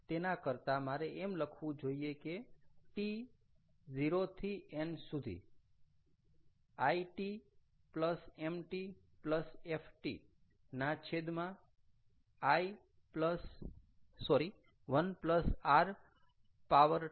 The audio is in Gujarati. તેના કરતાં મારે એમ લખવું જોઈએ કે t 0 થી n સુધી It Mt Ft ના છેદમાં 1 rt